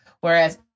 Whereas